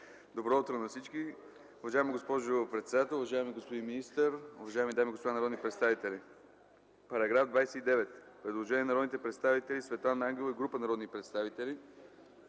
Добро утро на всички! Уважаема госпожо председател, уважаеми господин министър, уважаеми дами и господа народни представители! Има предложение от народния представител Светлана Ангелова и група народни представители